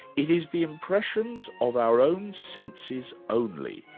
it is the impressions of our own senses only,